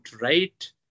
right